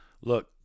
look